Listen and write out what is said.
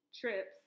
trips